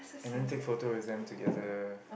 and then take photo with them together